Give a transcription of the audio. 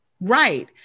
Right